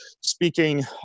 speaking